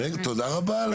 תודה רבה על